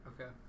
Okay